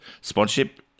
sponsorship